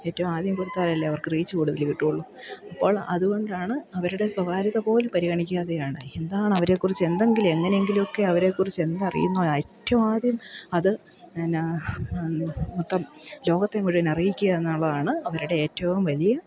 ഏറ്റവും ആദ്യം കൊടുത്താലല്ലേ അവർക്ക് റീച്ച് കൂടുതൽ കിട്ടുകയുള്ളു അപ്പോൾ അതുകൊണ്ടാണ് അവരുടെ സ്വകാര്യതപോലും പരിഗണിക്കാതെയാണ് എന്താണ് അവരേക്കുറിച്ച് എന്തെങ്കിലും എങ്ങനെയെങ്കിലുമൊക്കെ അവരേക്കുറിച്ച് എന്തറിയുന്നോ ഏറ്റവും ആദ്യം അത് എന്നാ മൊത്തം ലോകത്തെ മുഴുവൻ അറിയിക്കുക എന്നുള്ളതാണ് അവരുടെ ഏറ്റവും വലിയ